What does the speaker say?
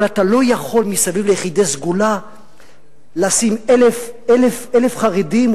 אבל אתה לא יכול מסביב ליחידי סגולה לשים 1,000 חרדים,